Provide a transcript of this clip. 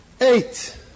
eight